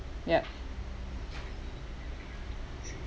yup